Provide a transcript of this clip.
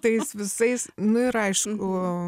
tais visais nu ir aišku